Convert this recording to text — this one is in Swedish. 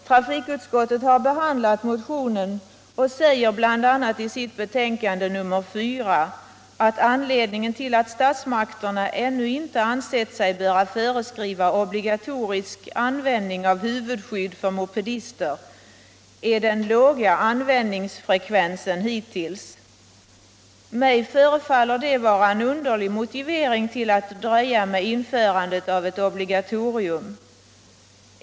Trafikutskottet har behandlat motionen och säger bl.a. i sitt betänkande att anledningen till att statsmakterna ännu inte ansett sig böra föreskriva obligatorisk användning av huvudskydd för mopedister är den hittills låga användningsfrekvensen. Mig förefaller detta vara en underlig motivering till att dröja med införandet av ett obligatorium.